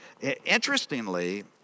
Interestingly